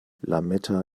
lametta